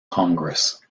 congress